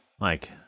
Mike